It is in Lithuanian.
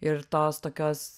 ir tos tokios